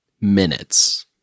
Minutes